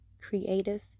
creative